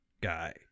guy